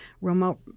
remote